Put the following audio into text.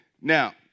Now